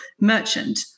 merchant